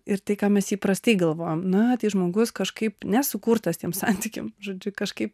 ir tai ką mes įprastai galvojam na tai žmogus kažkaip nesukurtas tiem santykiam žodžiu kažkaip